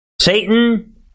Satan